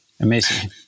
amazing